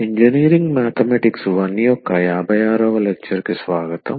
engineering mathematics I యొక్క 56 వ lecture కు స్వాగతం